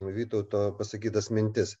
vytauto pasakytas mintis